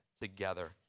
together